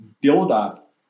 buildup